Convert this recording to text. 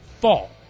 fall